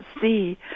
see